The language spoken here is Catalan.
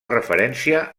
referència